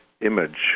image